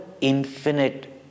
infinite